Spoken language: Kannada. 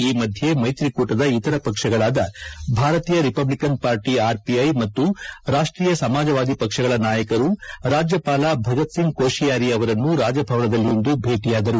ಈ ಮಧ್ಯೆ ಮೈತ್ರಿಕೂಟದ ಇತರ ಪಕ್ಷಗಳಾದ ಭಾರತೀಯ ರಿಪಬ್ಲಕನ್ ಪಾರ್ಟ ಆರ್ಪಿಐ ಮತ್ತು ರಾಷ್ಷೀಯ ಸಮಾಜವಾದಿ ಪಕ್ಷಗಳ ನಾಯಕರು ರಾಜ್ಯಪಾಲ ಭಗತ್ ಸಿಂಗ್ ಕೋಶಿಯಾರಿ ಅವರನ್ನು ರಾಜಭವನದಲ್ಲಿಂದು ಭೇಟಿಯಾದರು